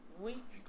Week